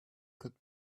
could